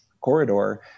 corridor